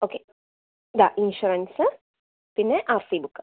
okay ഇതാ insurance പിന്നെ R C book